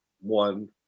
one